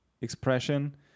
expression